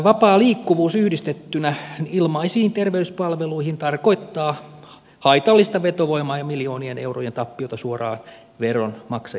vapaa liikkuvuus yhdistettynä ilmaisiin terveyspalveluihin tarkoittaa haitallista vetovoimaa ja miljoonien eurojen tappiota suoraan veronmaksajien laskuun